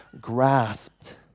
grasped